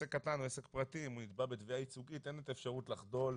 עסק קטן או עסק פרטי אם הוא ייתבע בתביעה ייצוגית אין אפשרות לחדול,